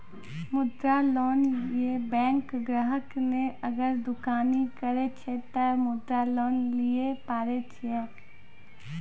मुद्रा लोन ये बैंक ग्राहक ने अगर दुकानी करे छै ते मुद्रा लोन लिए पारे छेयै?